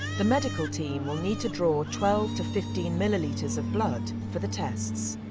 the medical team will need to draw twelve to fifteen millilitres of blood for the tests.